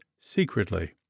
secretly